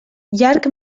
llarg